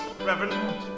Reverend